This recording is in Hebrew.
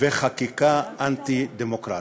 וחקיקה אנטי-דמוקרטית.